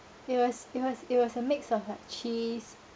it was it was it was a mix of like cheese